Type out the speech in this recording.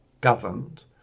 governed